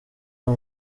uwo